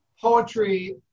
poetry